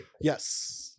Yes